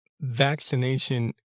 vaccination